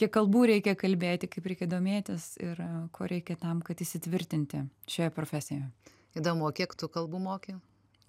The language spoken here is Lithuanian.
kiek kalbų reikia kalbėti kaip reikia domėtis ir ko reikia tam kad įsitvirtinti čia profesijoje įdomu o kiek tų kalbų moki